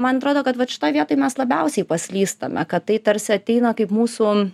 man atrodo kad vat šitoj vietoj mes labiausiai paslystame kad tai tarsi ateina kaip mūsų